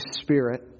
spirit